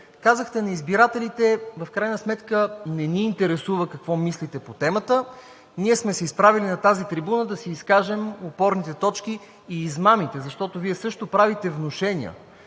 казахте на избирателите – в крайна сметка не ни интересува какво мислите по темата, ние сме се изправили на тази трибуна да си изкажем опорните точки и измамите. Защото Вие също правите внушения